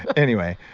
anyway,